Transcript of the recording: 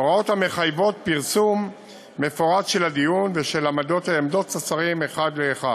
הוראות המחייבות פרסום מפורט של הדיון ושל עמדות השרים אחד לאחד.